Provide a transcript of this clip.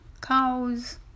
cows